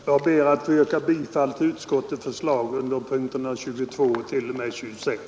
Herr talman! Jag ber att få yrka bifall till utskottets förslag under punkterna 22—26.